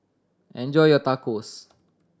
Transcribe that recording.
enjoy your Tacos